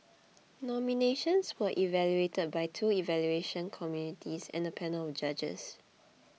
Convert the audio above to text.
nominations were evaluated by two evaluation committees and a panel of judges